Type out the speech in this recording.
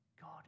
God